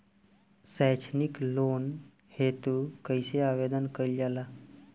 सैक्षणिक लोन हेतु कइसे आवेदन कइल जाला?